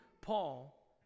Paul